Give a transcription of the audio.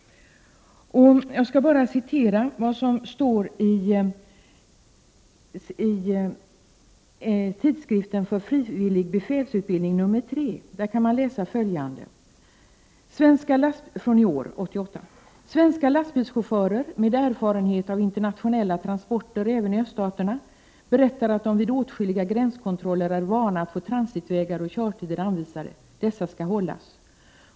Jag skall citera vad som står i tidskriften för frivillig befälsutbildning nr 3 i ”Svenska lastbilschaufförer med erfarenhet av internationella transporter, även i öststaterna, berättar att de vid åtskilliga gränskontroller är vana att få transitvägar och körtider anvisade. Dessa skall hållas.